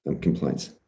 complaints